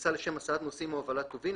- טיסה לשם הסעת נוסעים או הובלת טובין,